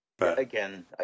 Again